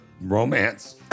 romance